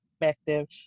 perspective